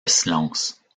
silence